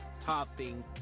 topping